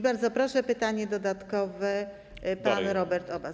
Bardzo proszę, pytanie dodatkowe, pan poseł Robert Obaz.